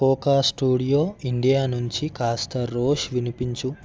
cocoa Studio India నుంచి కాస్త రోష్ వినిపించు